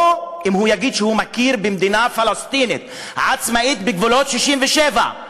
או שאם הוא יגיד שהוא מכיר במדינה פלסטינית עצמאית בגבולות 67',